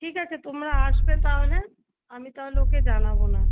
ঠিক আছে তোমরা আসবে তাহলে আমি তাহলে ওকে জানাবো না